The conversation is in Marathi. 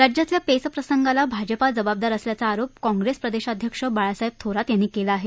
राज्यातल्या पेच प्रसंगाला भाजपा जबाबदार असल्याचा आरोप काँप्रेस प्रदेशाध्यक्ष बाळासाहेब थोरात यांनी केला आहे